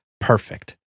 perfect